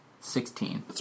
Sixteen